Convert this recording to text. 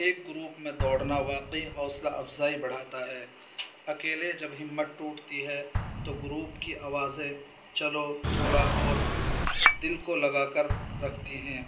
ایک گروپ میں دوڑنا واقعی حوصلہ افزائی بڑھاتا ہے اکیلے جب ہمت ٹوٹتی ہے تو گروپ کی آوازیں چلو تھوڑا اور دل کو لگا کر رکھتی ہیں